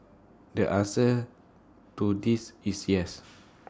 the answer to this is yes